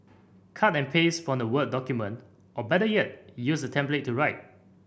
cut and paste from the word document or better yet use the template to write